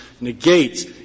negates